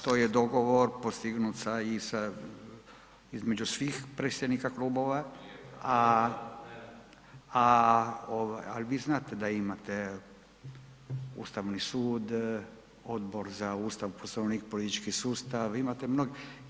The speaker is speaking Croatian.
To je dogovor postignut sa i sa između svih predsjednika klubova, a … [[Upadica iz klupe se ne razumije]] a, al vi znate da imate Ustavni sud, Odbor za Ustav, Poslovnik i politički sustav, imate mnogo.